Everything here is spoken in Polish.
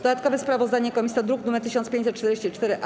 Dodatkowe sprawozdanie komisji to druk nr 1544-A.